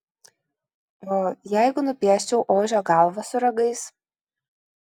o jeigu nupieščiau ožio galvą su ragais